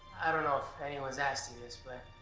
i don't know if anyone's asked you this, but